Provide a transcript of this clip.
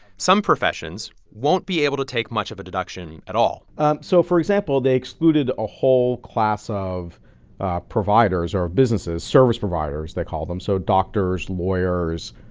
some professions won't be able to take much of a deduction at all so, for example, they excluded a whole class of providers or businesses service providers they call them so doctors, lawyers,